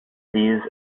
these